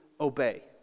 obey